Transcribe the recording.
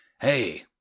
Hey